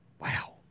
Wow